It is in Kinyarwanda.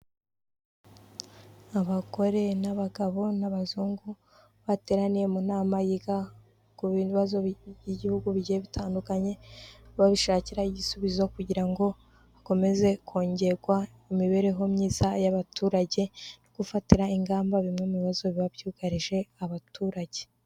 Abagore n'abagabo n'abazungu, bateraniye mu nama yiga ku ibazo by'ibihugu bigiye bitandukanye, babishakira igisubizo kugira ngo hakomeze kongerwa imibereho myiza y'abaturage no gufatira ingamba bimwe mu bibazo biba byugarije abaturage.